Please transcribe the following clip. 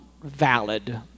valid